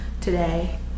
today